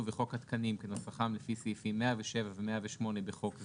וחוק התקנים כנוסחם לפי סעיפים 107 ו-108 בחוק זה,